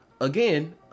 Again